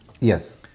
Yes